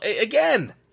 again